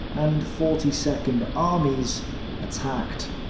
and forty second armies attacked.